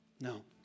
No